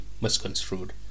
misconstrued